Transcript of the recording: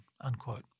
Unquote